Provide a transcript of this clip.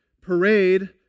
parade